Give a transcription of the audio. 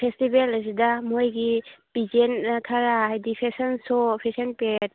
festival ꯑꯁꯤꯗ ꯃꯈꯣꯏꯒꯤ ꯄꯤꯖꯦꯟ ꯈꯔ ꯍꯥꯏꯗꯤ ꯐꯦꯁꯟ ꯁꯣ ꯐꯦꯁꯟ ꯄꯦꯔꯤꯌꯠ